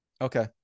Okay